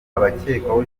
abakekwaho